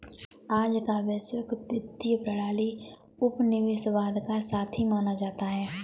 आज का वैश्विक वित्तीय प्रणाली उपनिवेशवाद का साथी माना जाता है